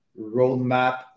roadmap